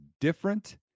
different